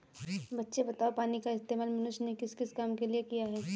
बच्चे बताओ पानी का इस्तेमाल मनुष्य ने किस किस काम के लिए किया?